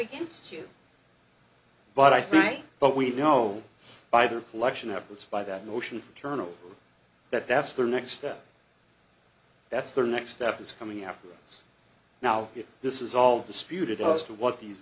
against you but i think but we know by their collection efforts by that notion internal that that's the next step that's the next step is coming after us now this is all disputed us to what these